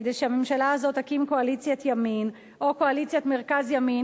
כדי שהממשלה הזאת תקים קואליציית ימין או קואליציית מרכז ימין,